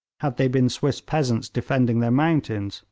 had they been swiss peasants defending their mountains,